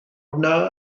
yno